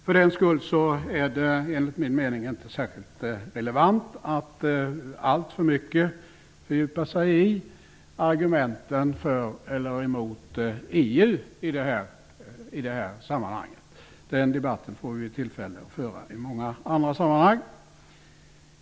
För den skull är det enligt min mening inte särskilt relevant att i det här sammanhanget alltför mycket fördjupa sig i argumenten för eller emot EU. Den debatten får vi tillfälle att föra i många andra sammanhang.